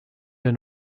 wir